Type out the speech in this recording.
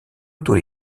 auto